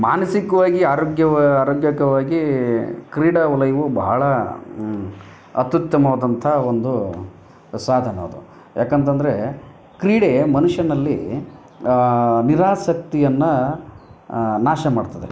ಮಾನಸಿಕವಾಗಿ ಆರೋಗ್ಯವ ಆರೋಗ್ಯಕವಾಗಿ ಕ್ರೀಡಾ ವಲಯವು ಬಹಳ ಅತ್ಯುತ್ತಮವಾದಂಥ ಒಂದು ಸಾಧನ ಅದು ಯಾಕೆಂತಂದ್ರೆ ಕ್ರೀಡೆ ಮನುಷ್ಯನಲ್ಲಿ ನಿರಾಸಕ್ತಿಯನ್ನು ನಾಶ ಮಾಡ್ತದೆ